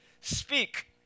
Speak